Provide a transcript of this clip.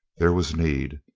there was need.